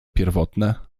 pierwotne